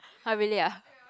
!huh! really ah